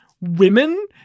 women